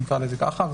נקרא לזה ככה,